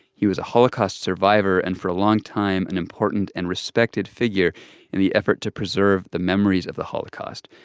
he was a holocaust survivor and, for a long time, an important and respected figure in the effort to preserve the memories of the holocaust.